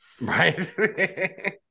right